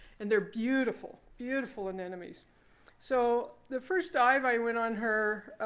and they're beautiful, beautiful and anemones. so the first dive i went on her